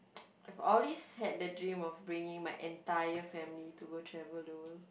I've always had the dream of bringing my entire family to go travel though